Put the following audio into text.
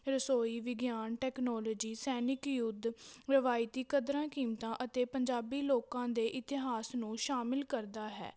ਰਸੋਈ ਵਿਗਿਆਨ ਟੈਕਨੋਲੋਜੀ ਸੈਨਿਕ ਯੁੱਧ ਰਵਾਇਤੀ ਕਦਰਾਂ ਕੀਮਤਾਂ ਅਤੇ ਪੰਜਾਬੀ ਲੋਕਾਂ ਦੇ ਇਤਿਹਾਸ ਨੂੰ ਸ਼ਾਮਿਲ ਕਰਦਾ ਹੈ